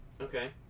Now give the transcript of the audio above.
okay